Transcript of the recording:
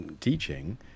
teaching